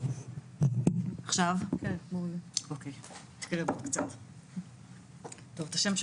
שאני